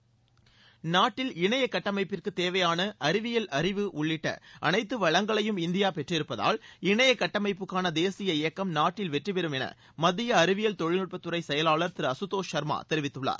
இணையக் கட்டமைப்பு நாட்டில் இணைய கட்டமைப்பிற்கு தேவையான அறிவியல் அறிவு உள்ளிட்ட அனைத்து வளங்களையும் இந்தியா பெற்றிருப்பதால் இணைய கடடமைப்புக்கான தேசிய இயக்கம் நாட்டில் வெற்றி பெறும் என மத்திய அறிவியல் தொழில்நுட்பத்துறை செயலாளர் திரு அசுதோஷ் சர்மா தெரிவித்துள்ளார்